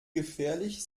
gefährlich